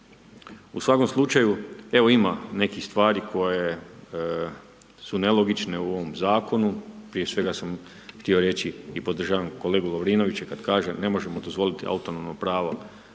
U svakom slučaju evo ima nekih stvari koje su nelogične u ovom zakonu. Prije svega sam htio reći i podržavam kolegu Lovrinovića kada kaže ne možemo dozvoliti autonomno pravo